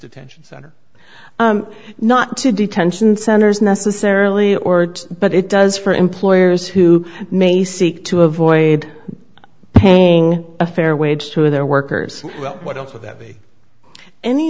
detention center not to detention centers necessarily or but it does for employers who may seek to avoid paying a fair wage to their workers what else would that be any